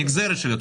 הנגזרת של התשואות.